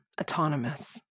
autonomous